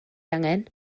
angen